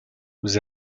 vous